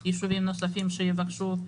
על ישובים נוספים שיבקשו.